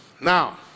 Now